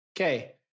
Okay